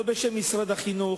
בשם משרד החינוך,